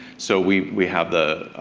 so, we we have the